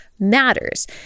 matters